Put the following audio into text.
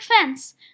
Fence